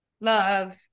love